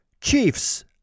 Chiefs